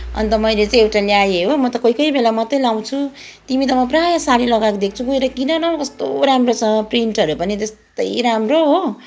अन्त मैले चाहिँ एउटा ल्याएँ हो म त कोही कोही बेला मात्रै लाउँछु तिमी त म प्रायः साडी लगाएको देख्छु गएर किन न हौ कस्तो राम्रो छ प्रिन्टहरू पनि त्यस्तै राम्रो हो